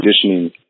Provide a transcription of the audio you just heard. conditioning